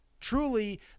truly